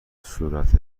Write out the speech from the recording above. صورت